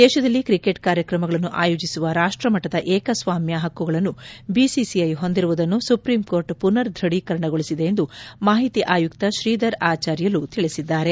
ದೇಶದಲ್ಲಿ ಕ್ರಿಕೆಟ್ ಕಾರ್ಯಕ್ರಮಗಳನ್ನು ಆಯೋಜಿಸುವ ರಾಷ್ಟಮಟ್ಟದ ಏಕಸ್ವಾಮ್ಡ ಹಕ್ಕುಗಳನ್ನು ಬಿಸಿಸಿಐ ಹೊಂದಿರುವುದನ್ನು ಸುಪ್ರೀಂಕೋರ್ಟ್ ಪುನರ್ ದೃಢೀಕರಣಗೊಳಿಸಿದೆ ಎಂದು ಮಾಹಿತಿ ಆಯುಕ್ತ ಶ್ರೀಧರ್ ಆಚಾರ್ಯಲು ತಿಳಿಸಿದ್ದಾರೆ